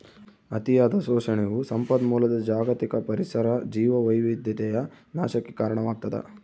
ಅತಿಯಾದ ಶೋಷಣೆಯು ಸಂಪನ್ಮೂಲದ ಜಾಗತಿಕ ಪರಿಸರ ಜೀವವೈವಿಧ್ಯತೆಯ ನಾಶಕ್ಕೆ ಕಾರಣವಾಗ್ತದ